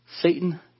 Satan